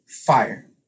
fire